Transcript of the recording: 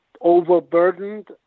overburdened